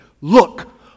Look